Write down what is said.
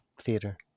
theater